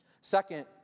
Second